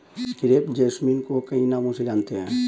crepe jasmine को कई नामों से जानते हैं